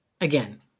Again